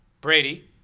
Brady